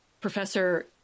Professor